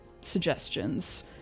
suggestions